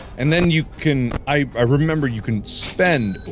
and then you can. i remember you can spend